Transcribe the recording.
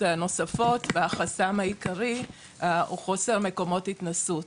נוספות והחסם העיקרי הוא חוסר מקומות התנסות.